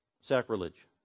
Sacrilege